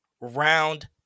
round